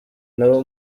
nabo